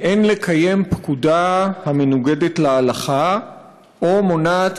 "אין לקיים פקודה המנוגדת להלכה או מונעת